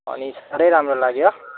अनि साह्रै राम्रो लाग्यो